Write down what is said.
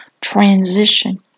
transition